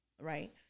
right